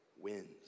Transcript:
wins